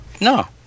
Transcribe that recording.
no